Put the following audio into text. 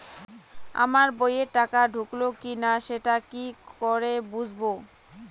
আমার বইয়ে টাকা ঢুকলো কি না সেটা কি করে বুঝবো?